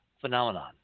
phenomenon